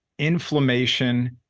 inflammation